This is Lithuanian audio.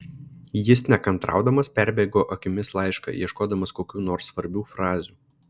jis nekantraudamas perbėgo akimis laišką ieškodamas kokių nors svarbių frazių